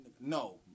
No